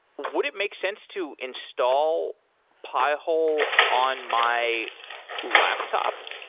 would it make sense to install pi-hole on my laptop?